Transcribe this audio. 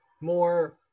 more